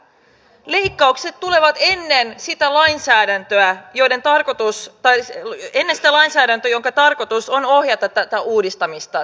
leikkaukset tulevat ennen sitä lainsäädäntöä joiden tarkoitus päiselle ja lainsäädäntö jonka tarkoitus on ohjata tätä uudistamista